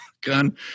gun